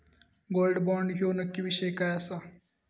Gold bond ह्यो नक्की विषय काय आसा?